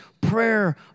prayer